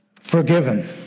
forgiven